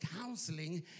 counseling